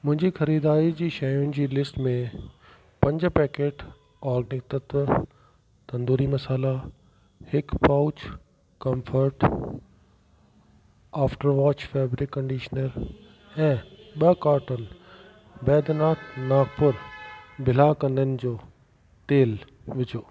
मुंहिंजी ख़रीदारी जी शयुनि जी लिस्ट में पंज पैकेट ऑर्गनिक तत्व तंदूरी मसाला हिकु pouch comfort after wash fabric conditioner ऐं ॿ काटून वैधनाथ नागपूर बिलाह कननि जो तेल विझो